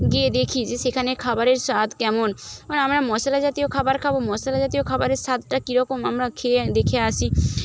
গিয়ে দেখি যে সেখানে খাবারের স্বাদ কেমন আমরা মশলা জাতীয় খাবার খাবো মশলা জাতীয় খাবারের স্বাদটা কীরকম আমরা খেয়ে দেখে আসি